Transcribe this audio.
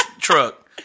truck